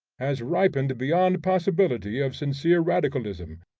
has ripened beyond possibility of sincere radicalism,